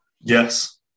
Yes